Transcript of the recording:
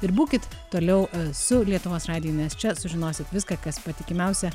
ir būkit toliau su lietuvos radiju nes čia sužinosit viską kas patikimiausia